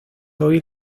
hoy